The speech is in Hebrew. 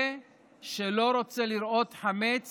זה שלא רוצה לראות חמץ